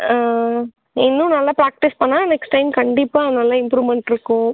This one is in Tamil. இன்னும் நல்லா பிராக்டிஸ் பண்ணிணா நெக்ஸ்ட் டைம் கண்டிப்பாக நல்லா இம்ப்ரூவ்மன்ட் இருக்கும்